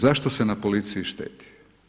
Zašto se na policiji štedi?